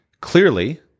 Clearly